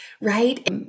right